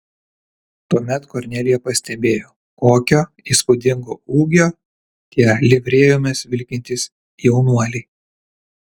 tuomet kornelija pastebėjo kokio įspūdingo ūgio tie livrėjomis vilkintys jaunuoliai